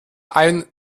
ein